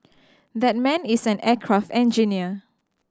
that man is an aircraft engineer